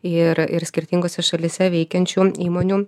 ir ir skirtingose šalyse veikiančių įmonių